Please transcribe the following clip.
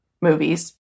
movies